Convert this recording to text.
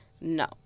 no